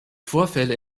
vorfälle